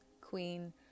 Queen